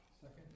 Second